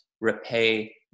repay